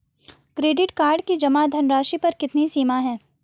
Credit card की जमा धनराशि पर कितनी सीमा है?